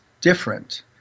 different